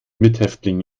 mithäftling